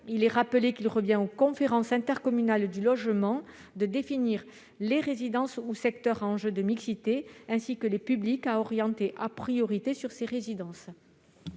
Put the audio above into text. ailleurs, il revient aux conférences intercommunales du logement de définir les résidences ou secteurs à enjeu de mixité, ainsi que les publics à orienter en priorité sur ces résidences.